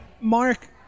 Mark